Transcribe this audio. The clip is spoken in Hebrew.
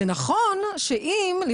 זה נכון שיש לנו